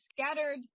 scattered –